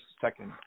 second